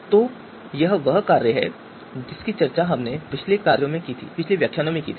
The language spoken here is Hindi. तो यह वह कार्य है जिसकी चर्चा हमने पिछले व्याख्यानों में भी की थी